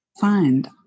find